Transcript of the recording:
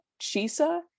chisa